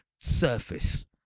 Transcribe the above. surface